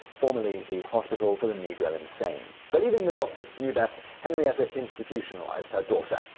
formerly the hospital for the negro insane. believing the doctors' knew best, henrietta institutionalized her daughter.